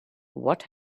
what